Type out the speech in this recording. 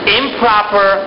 improper